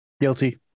guilty